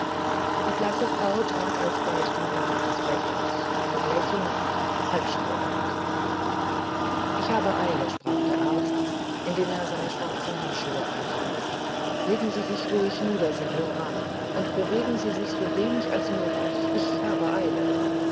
die blasse frau trank alsbald den inhalt des bechers halb lächelnd halb schaudernd ich habe eile sprach der arzt indem er seine schwarzen handschuhe anzog legen sie sich ruhig nieder signora und bewegen sie sich sowenig als möglich ich habe eile